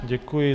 Děkuji.